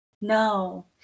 no